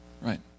Right